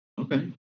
Okay